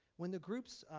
when the groups